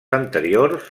anteriors